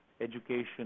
education